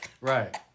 Right